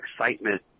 excitement